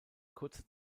kurze